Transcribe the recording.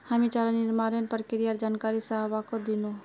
हामी चारा निर्माणेर प्रक्रियार जानकारी सबाहको दिनु